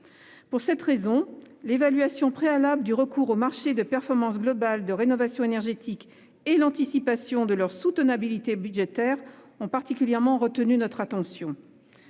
Pour cette raison, l'évaluation préalable du recours aux marchés globaux de performance énergétique et l'anticipation de leur soutenabilité budgétaire ont particulièrement retenu notre attention.